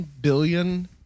billion